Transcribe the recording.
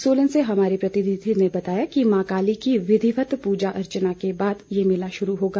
सोलन से हमारे प्रतिनिधि ने बताया है कि मां काली की विधिवत प्रजा अर्चना के बाद ये मेला शुरू होगा